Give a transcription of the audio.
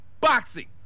Boxing